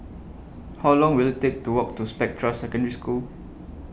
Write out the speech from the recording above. How Long Will IT Take to Walk to Spectra Secondary School